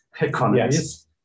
economies